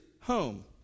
home